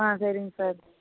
ஆ சரிங்க சார்